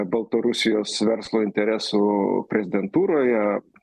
baltarusijos verslo interesų prezidentūroje